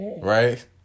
right